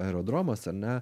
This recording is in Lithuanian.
aerodromas ar ne